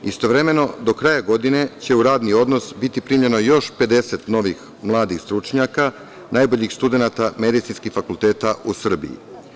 Istovremeno do kraja godine će u radni odnos biti primljeno još 50 novih, mladih stručnjaka, najboljih studenata medicinskih fakulteta u Srbiji.